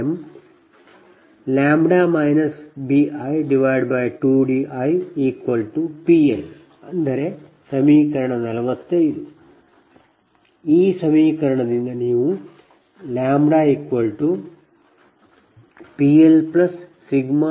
ಇದು 44 ಮತ್ತು 43 ಸಮೀಕರಣದಿಂದ ಸಿಗುತ್ತದೆ